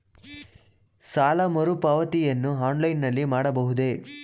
ಸಾಲ ಮರುಪಾವತಿಯನ್ನು ಆನ್ಲೈನ್ ನಲ್ಲಿ ಮಾಡಬಹುದೇ?